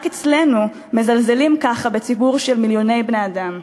רק אצלנו מזלזלים ככה בציבור של מיליוני בני-אדם.